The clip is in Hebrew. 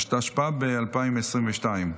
התשפ"ב 2022,